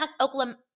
Oklahoma